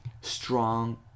strong